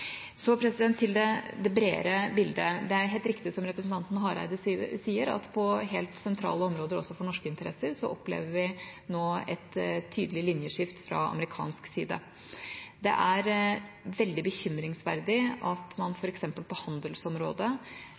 Til det bredere bildet: Det er helt riktig som representanten Hareide sier, at vi også på helt sentrale områder for norske interesser nå opplever et tydelig linjeskift fra amerikansk side. Det er veldig bekymringsverdig at man f.eks. på handelsområdet